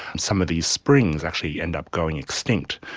some of these springs actually end up going extinct.